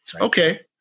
Okay